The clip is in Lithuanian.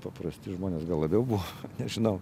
paprasti žmonės gal labiau buvo nežinau